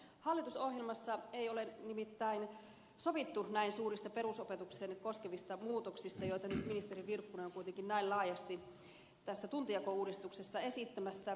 hallitusohjelmassa ei ole nimittäin sovittu näin suurista perusopetusta koskevista muutoksista joita nyt ministeri virkkunen on kuitenkin näin laajasti tässä tuntijakouudistuksessa esittämässä